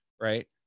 right